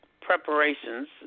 preparations